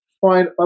find